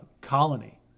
colony